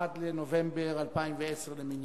1 בנובמבר 2010 למניינם.